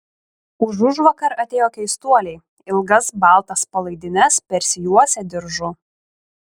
užužvakar atėjo keistuoliai ilgas baltas palaidines persijuosę diržu